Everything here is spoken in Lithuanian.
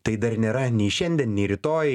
tai dar nėra nei šiandien nei rytoj